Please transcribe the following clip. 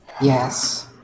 Yes